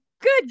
good